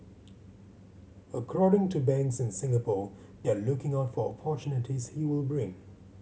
according to banks in Singapore they are looking out for opportunities he will bring